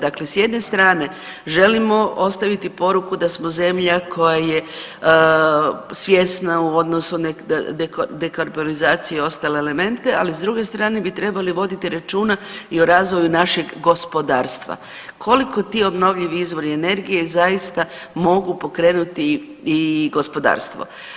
Dakle, s jedne strane želimo ostaviti poruku da smo zemlja koja je svjesna u odnosu na dekarbonizaciju i ostale elemente, ali s druge strane bi trebali voditi računa i o razvoju našeg gospodarstva koliko ti obnovljivi izvori energije i zaista mogu pokrenuti i gospodarstvo.